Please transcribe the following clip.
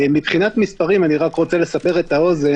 מבחינת מספרים, אני רוצה לסבר את האוזן.